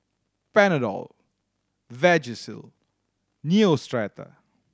Panadol Vagisil Neostrata